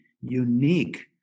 unique